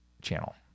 channel